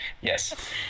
Yes